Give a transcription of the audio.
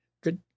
Good